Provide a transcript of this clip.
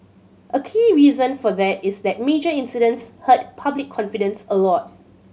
a key reason for that is that major incidents hurt public confidence a lot